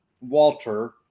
Walter